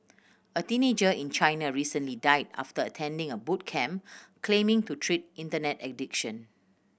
a teenager in China recently died after attending a boot camp claiming to treat Internet addiction